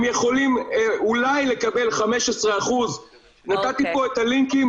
הם יכולים אולי לקבל 15%. נתתי פה את הלינקים